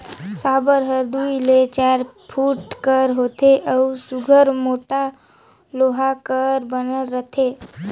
साबर हर दूई ले चाएर फुट कर होथे अउ सुग्घर मोट लोहा कर बनल रहथे